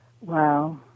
Wow